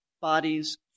bodies